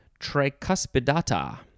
tricuspidata